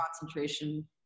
concentration